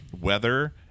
weather